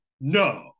No